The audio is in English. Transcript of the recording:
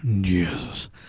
Jesus